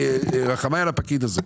ורחמיי על הפקיד הזה,